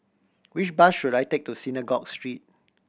which bus should I take to Synagogue Street